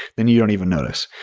then you don't even notice.